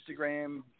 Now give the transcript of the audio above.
Instagram